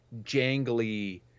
jangly